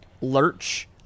lurch